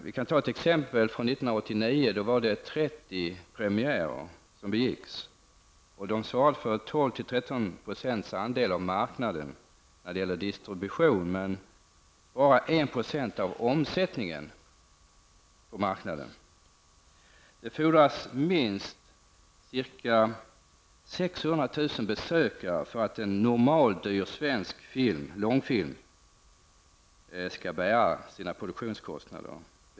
Som exempel kan nämnas att det var 30 premiärer 1989, och de saluförde 12--13 % av den samlade distributionen på marknaden, men hade bara 1 % av omsättningen. Då fordrades minst 600 000 besökare för att en normaldyr svensk långfilm skulle bära sina produktionskostnader.